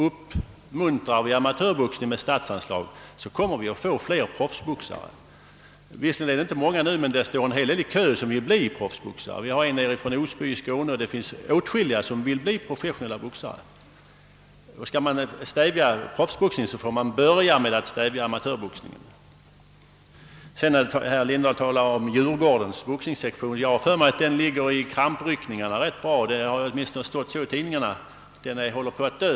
Uppmuntrar vi denna med statsanslag, kommer vi att få fler proffsboxare. Visserligen är de inte så många nu, men det står en hel del folk i kö som vill bli proffsboxare; vi har t.ex. en från Osby i Skåne. Skall man stävja proffsboxningen får man börja med att stävja amartörboxningen. Herr Lindahl talar om Djurgårdens boxningssektion. Jag har för mig att den ligger i krampryckningar; åtminstone har det stått i tidningarna att den håller på att dö.